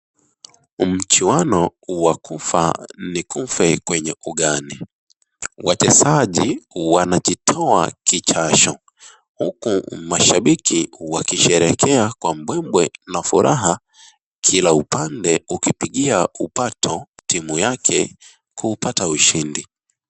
Mchiwano wa kufa ni kufe kwenye ugani. wachezaji wanajitoa kijasho. Huku mashabiki wakisherekea kwa mbwembwe na furaha. Kila upande ukipigia upato timu yake kuupata ushindi.